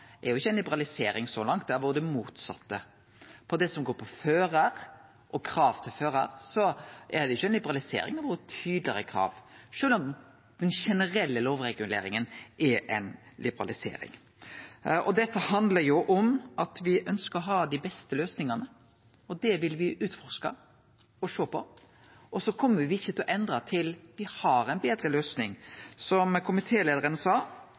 det motsette. På det som går på føraren og krav til føraren, er det jo ikkje ei liberalisering; det har vore tydelegare krav, sjølv om den generelle lovreguleringa er ei liberalisering. Dette handlar om at me ønskjer å ha dei beste løysingane. Det vil me utforska og sjå på, og så kjem me ikkje til å endre noko før me har ei betre løysing. Som komitéleiaren sa: